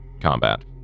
combat